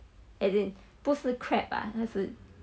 as in 不是 crab ah 那时